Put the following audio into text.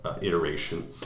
iteration